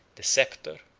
the sceptre,